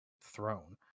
throne